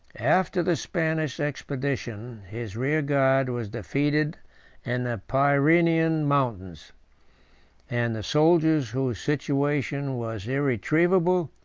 after the spanish expedition, his rear-guard was defeated in the pyrenaean mountains and the soldiers, whose situation was irretrievable,